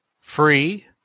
free